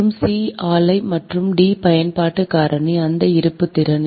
மற்றும் c ஆலை மற்றும் டி பயன்பாட்டு காரணி அந்த இருப்பு திறன்